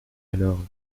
alors